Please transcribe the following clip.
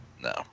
no